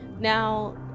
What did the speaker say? Now